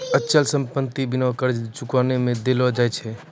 अचल संपत्ति के बिना कर्जा चुकैने नै देलो जाय छै